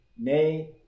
nay